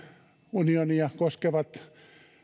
unionia koskevat